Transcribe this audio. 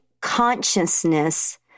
consciousness